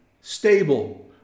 stable